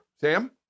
Sam